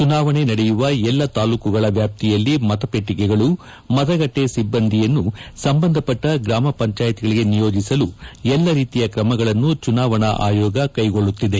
ಚುನಾವಣೆ ನಡೆಯುವ ಎಲ್ಲ ತಾಲೂಕುಗಳ ವ್ಯಾಪ್ತಿಯಲ್ಲಿ ಮತಪೆಟ್ಟಿಗೆಗಳು ಮತಗಟ್ಟೆ ಸಿಬ್ಬಂದಿಯನ್ನು ಸಂಬಂಧಪಟ್ಟ ಗ್ರಾಮ ಪಂಚಾಯತ್ಗಳಿಗೆ ನಿಯೋಜಿಸಲು ಎಲ್ಲ ರೀತಿಯ ಕ್ರಮಗಳನ್ನು ಚುನಾವಣಾ ಆಯೋಗ ಕೈಗೊಳ್ಳುತ್ತಿದೆ